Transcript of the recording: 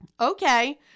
okay